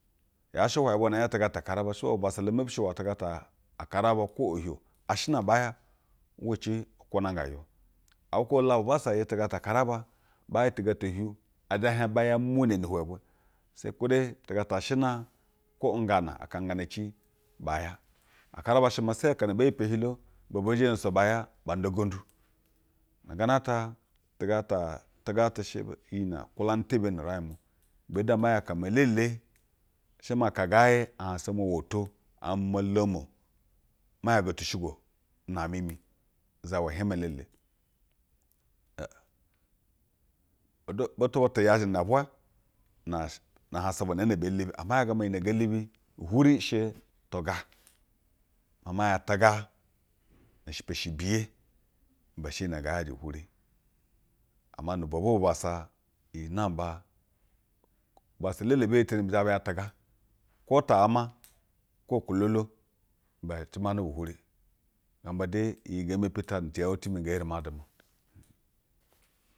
Yaa shɛ hwuye bwonu baa ya tɛga to akaraba shɛ bwo bubassa la mepishi uwa akaraba kwo ohiuo. Ashɛna baa ya uwa ci ukwuna yga uywo abu kwubɛ la bubassa yɛ tɛga ta akaraba, baa yɛ tɛga to ohiu. ɛ zhɛ hiɛgg ba ya imunɛ ni ihwɛ bwɛ seyi kwo de tɛga ta ashɛna kwo ggana aka-ggana xi ba ya. Akaraba shɛ maa seyi akana bee ipi ehilo ibɛ bɛɛ zhɛ nyoso ba ya ba nda ugondu. Na gana ata tɛga ta, tɛga tɛ shɛ iyi nɛ nkwulanɛ tebiye nu-uru-g mu. Ibɛ du ama ya aka me elele. I shɛ maa aka ngaa yɛ ahansa mi owoto, amɛ mo nlomo, ma yaga ti shigwo naamɛ mi uzawa hiɛmɛ elele ɛ u althoush bụtụ bụtụ yajɛ na bwɛ na sh na ahansa bwa naa na bee lubi. Ama zɛ hiɛ-g gamba iyi nɛ ngee lubi uhwuri shɛ tɛga. Maa ma ya tɛga na shɛpa shɛ biye ibɛ shɛ iyi nɛ ngaa yajɛ hwuri. Ama nu ubwobwu bubassa iyi namba bubassa elele ebi heteni bɛ zhɛ bi hiɛg tɛga, kwo ta ama kwo kwulolo bɛ latumanɛ bu hwuri. Gamba de iyi ngee mepi ta ni tɛ yɛu ti mi ngee yeri ma duma.